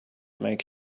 make